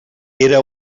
era